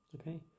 Okay